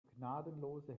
gnadenlose